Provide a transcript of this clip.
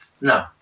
No